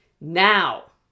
Now